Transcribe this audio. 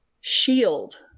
shield